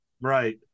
Right